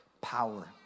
Power